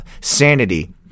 sanity